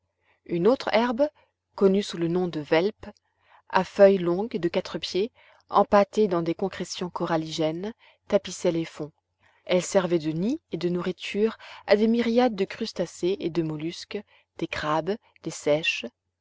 une autre herbe connue sous le nom de velp à feuilles longues de quatre pieds empâtées dans les concrétions coralligènes tapissait les fonds elle servait de nid et de nourriture à des myriades de crustacés et de mollusques des crabes des seiches